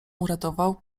uradował